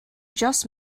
just